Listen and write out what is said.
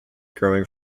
growing